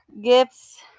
gifts